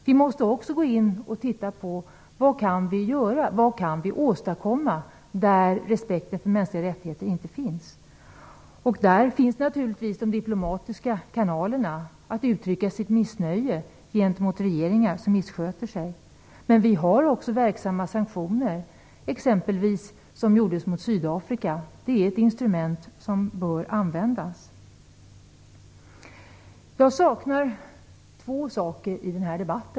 Vi måste också undersöka vad vi kan göra och åstadkomma på de platser där respekten för mänskliga rättigheter inte finns. Man kan naturligtvis utnyttja de diplomatiska kanalerna för att uttrycka sitt missnöje gentemot regeringar som missköter sig, men vi har också verksamma sanktioner. Sanktionen mot Sydafrika visar t.ex. att detta är ett instrument som bör användas. Jag saknar två saker i denna debatt.